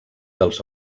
dels